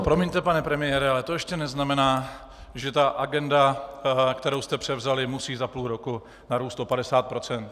Promiňte, pane premiére, ale to ještě neznamená, že ta agenda, kterou jste převzali, musí za půl roku narůst o 50 %.